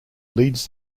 leads